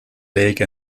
lake